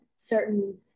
certain